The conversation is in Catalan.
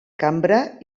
cambra